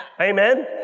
Amen